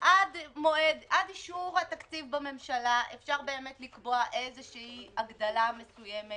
עד אישור התקציב בממשלה אפשר באמת לקבוע איזושהי הגדלה מסוימת